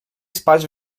spaść